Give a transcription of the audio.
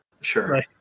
sure